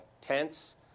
tense